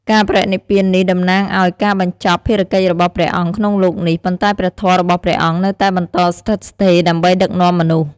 ការបរិនិព្វាននេះតំណាងឱ្យការបញ្ចប់ភារកិច្ចរបស់ព្រះអង្គក្នុងលោកនេះ ប៉ុន្តែព្រះធម៌របស់ព្រះអង្គនៅតែបន្តស្ថិតស្ថេរដើម្បីដឹកនាំមនុស្ស។